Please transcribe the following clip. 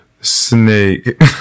snake